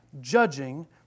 judging